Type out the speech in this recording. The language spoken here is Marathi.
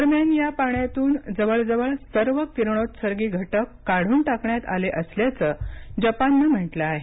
दरम्यान या पाण्यातून जवळजवळ सर्व किरणोत्सर्गी घटक काढून टाकण्यात आले असल्याचं जपाननं म्हटलं आहे